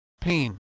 pain